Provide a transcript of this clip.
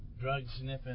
drug-sniffing